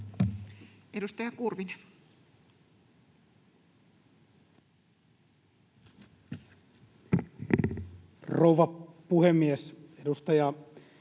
Edustaja Kurvinen. Rouva puhemies! Edustaja